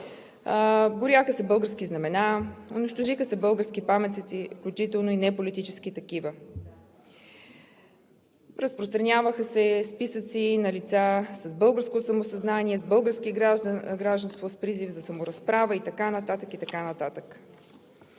горяха се български знамена, унищожиха се български паметници, включително и неполитически такива, разпространяваха се списъци на лица с българско самосъзнание, с българско гражданство с призив за саморазправа и така нататък. За нас